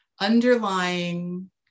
underlying